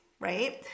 right